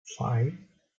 five